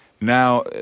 now